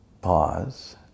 pause